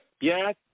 Yes